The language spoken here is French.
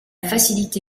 facilité